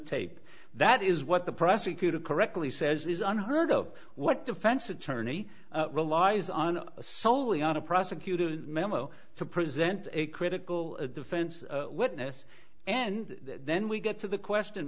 tape that is what the prosecutor correctly says is unheard of what defense attorney relies on sully on a prosecutor memo to present a critical defense witness and then we get to the question